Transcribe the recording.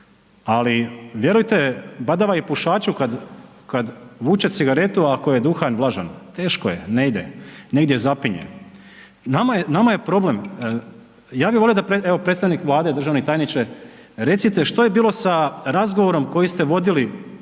Ali vjerujte badava i pušaću kad vuče cigaretu ako je duhan vlažan, teško je, ne ide, negdje zapinje. Nama je problem, ja bih volio da evo predstavnik Vlade, državni tajniče, recite što je bilo sa razgovorom koji ste vodili, ne